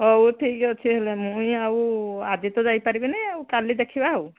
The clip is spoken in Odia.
ହଉ ଠିକ୍ ଅଛି ହେଲେ ମୁଇଁ ଆଉ ଆଜି ତ ଯାଇ ପାରିବିନି କାଲି ଦେଖିବା ଆଉ